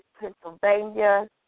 Pennsylvania